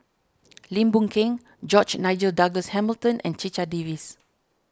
Lim Boon Keng George Nigel Douglas Hamilton and Checha Davies